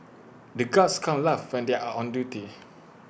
the guards can't laugh when they are on duty